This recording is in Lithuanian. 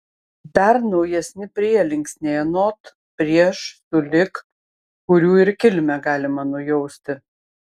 dar naujesni prielinksniai anot prieš sulig kurių ir kilmę galima nujausti